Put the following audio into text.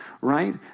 right